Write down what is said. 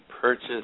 purchase